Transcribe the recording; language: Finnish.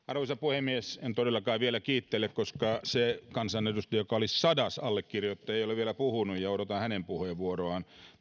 arvoisa puhemies en todellakaan vielä kiittele koska se kansanedustaja joka oli sadas allekirjoittaja ei ole vielä puhunut ja odotan hänen puheenvuoroaan